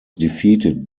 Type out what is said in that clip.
defeated